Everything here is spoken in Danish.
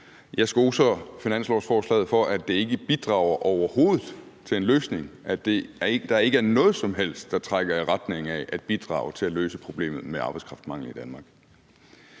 Jeg skoser finanslovsforslaget for, at det ikke bidrager overhovedet til en løsning, og at der ikke er noget som helst, der trækker i retning af at bidrage til at løse problemet med arbejdskraftmangel i Danmark.